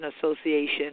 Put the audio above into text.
Association